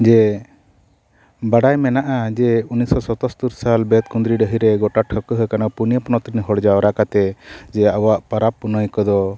ᱡᱮ ᱵᱟᱲᱟᱭ ᱢᱮᱱᱟᱜᱼᱟ ᱡᱮ ᱩᱱᱤᱥᱚ ᱥᱟᱛᱟᱛᱳᱨ ᱥᱟᱞ ᱵᱮᱛᱠᱩᱸᱫᱽᱨᱤ ᱰᱟᱺᱦᱤ ᱨᱮ ᱜᱚᱴᱟ ᱴᱷᱟᱹᱣᱠᱟᱹ ᱟᱠᱟᱱ ᱯᱩᱱᱤᱭᱟᱹ ᱯᱚᱛᱚᱱ ᱨᱮᱱ ᱦᱚᱲ ᱡᱟᱣᱨᱟ ᱠᱟᱛᱮᱫ ᱡᱮ ᱟᱵᱚᱣᱟᱜ ᱯᱟᱨᱟᱵᱽ ᱯᱩᱱᱟᱹᱭ ᱠᱚᱫᱚ